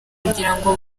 kugirango